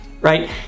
right